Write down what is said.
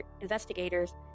investigators